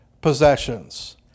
possessions